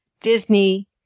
Disney